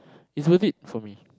is worth it for me